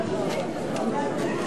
גברתי.